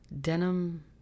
denim